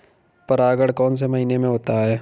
परागण कौन से महीने में होता है?